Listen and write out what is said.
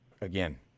Again